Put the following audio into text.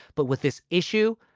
but with this issue,